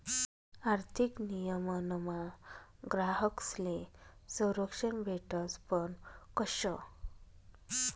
आर्थिक नियमनमा ग्राहकस्ले संरक्षण भेटस पण कशं